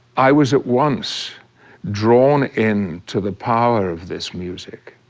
i was at once drawn in to the power of this music